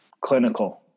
Clinical